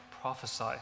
prophesy